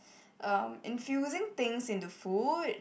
um infusing things into food